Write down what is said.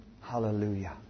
Hallelujah